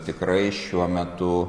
tikrai šiuo metu